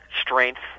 strength